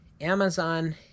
Amazon